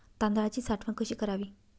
तांदळाची साठवण कशी करावी?